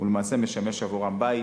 ולמעשה משמש עבורם בית.